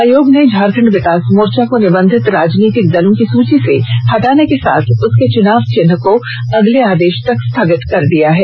आयोग ने झारखंड विकास मोर्चा को निबंधित राजनीतिक दलों की सूची से हटाने के साथ उसके चुनाव चिन्ह को अगले आदेश तक स्थगित कर दिया है